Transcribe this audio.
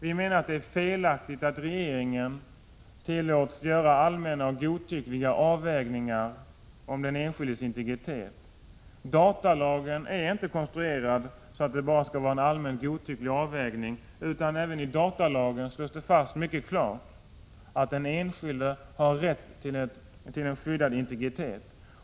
Vi menar att det är felaktigt att regeringen tillåts göra allmänna och godtyckliga avvägningar om den enskildes integritet. Datalagen är inte konstruerad så att det skall göras en godtycklig avvägning — även i datalagen slås det mycket klart fast att den enskilde har rätt till en skyddad integritet.